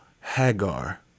Hagar